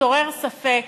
התעורר ספק,